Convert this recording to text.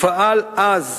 ופעל אז,